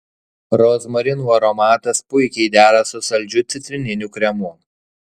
rozmarinų aromatas puikiai dera su saldžiu citrininiu kremu